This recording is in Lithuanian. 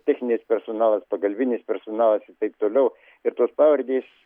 techninis personalas pagalbinis personalas ir taip toliau ir tos pavardės